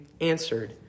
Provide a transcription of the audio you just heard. answered